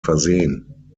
versehen